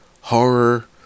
horror